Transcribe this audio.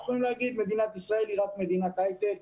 יכולים להגיד שמדינת ישראל היא רק מדינת הייטק